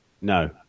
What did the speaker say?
No